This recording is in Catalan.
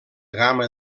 gamma